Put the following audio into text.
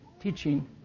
teaching